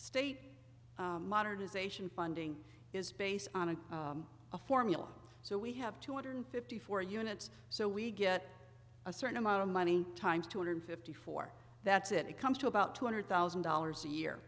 state modernization funding is based on a formula so we have two hundred fifty four units so we get a certain amount of money times two hundred fifty four that's it it comes to about two hundred thousand dollars a year